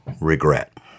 regret